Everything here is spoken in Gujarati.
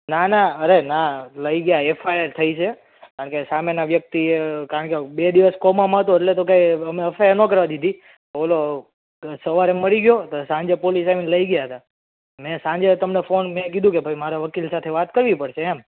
ના ના અરે ના લઈ ગયા એફઆઈઆર થઈ છે કારણ કે સામેના વ્યક્તિએ કારણ કે એ બે દિવસ કોમામાં હતો એટલો તો કાંઈ અમે અફઆઈઆર ન કરવા દીધી ઓલો સવારે મરી ગયો તો સાંજે પોલીસ આવીને લઈ ગયા તા ને સાંજે તમને મેં કીધું કે ભાઈ મારે વકીલ સાથે વાત કરવી પડશે એમ